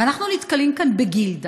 אבל אנחנו נתקלים כאן בגילדה